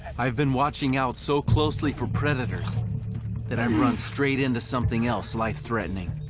i've been watching out so closely for predators that i um run straight into something else life threatening,